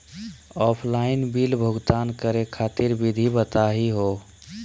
Offline bill भुगतान करे खातिर विधि बताही हो?